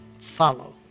follow